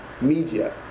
media